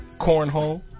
cornhole